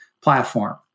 platform